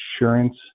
insurance